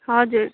हजुर